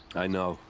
i know.